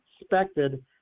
expected